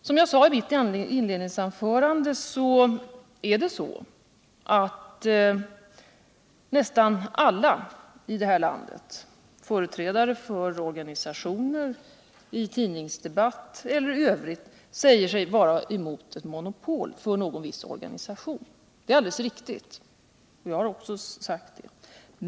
Som jag sade i mitt inledningsanförande säger sig nästan alla i det här landet, företrädare för organisationer. i tidningsdebatt eller i övrigt, vara emot monopol för någon viss organisation. Det är alldeles riktigt, och jug har också sugt detta.